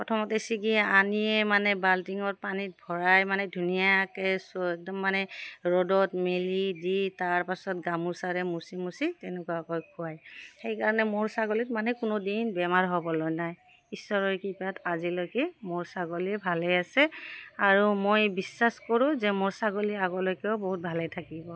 প্ৰথমতে চিগি আনিয়ে মানে বাল্টিঙত পানীত ভৰাই মানে ধুনীয়াকৈ চ একদম মানে ৰ'দত মেলি দি তাৰপাছত গামোচাৰে মচি মচি তেনেকুৱাকৈ খুৱায় সেইকাৰণে মোৰ ছাগলীত মানে কোনো দিন বেমাৰ হ'বলৈ নাই ঈশ্বৰৰ কৃপাত আজিলৈকে মোৰ ছাগলী ভালেই আছে আৰু মই বিশ্বাস কৰোঁ যে মোৰ ছাগলী আগলৈকেও বহুত ভালেই থাকিব